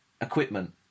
equipment